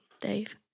Dave